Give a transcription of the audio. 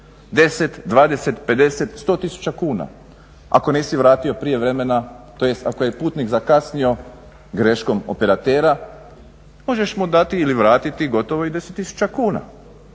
10, 20, 50, 100 tisuća kuna, ako nisi vrati prije vremena tj. ako je putnik zakasnio greškom operatera možeš mu dati ili vratiti gotovo i 10 tisuća kuna,